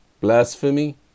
blasphemy